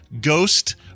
ghost